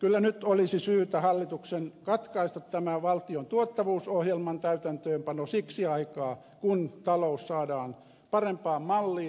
kyllä nyt olisi syytä hallituksen katkaista tämä valtion tuottavuusohjelman täytäntöönpano siksi aikaa kun talous saadaan parempaan malliin